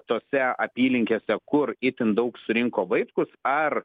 tose apylinkėse kur itin daug surinko vaitkus ar